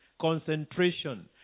concentration